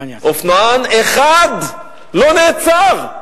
אופנוען אחד לא נעצר.